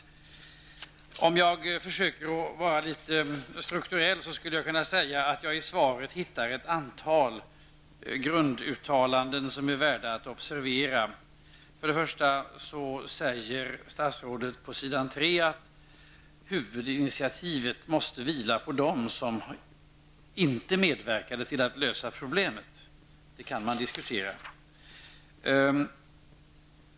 Jag skulle kunna säga, för att försöka vara litet strukturell, att jag beträffande svaret ser ett antal grunduttalanden som det är värt att observera. För det första säger statsrådet, det framgår av texten på s. 3 i utdelade svar, att huvudinitiativet måste vila på dem som inte medverkade till att lösa det här problemet. Det kan man diskutera.